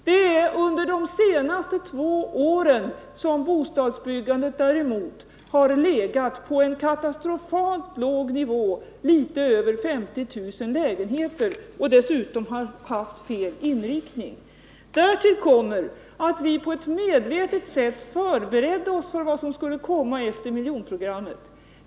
Det är under de senaste två åren däremot som bostadsbyggandet har legat på en katastrofalt låg nivå, litet över 50 000 lägenheter, och dessutom har haft fel inriktning. Därtill kommer att vi på ett medvetet sätt förberedde oss för vad som skulle komma efter miljonprogrammet.